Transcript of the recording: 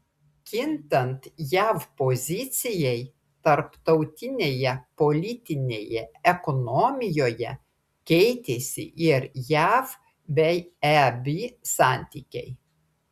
kintant jav pozicijai tarptautinėje politinėje ekonomijoje keitėsi ir jav bei eb santykiai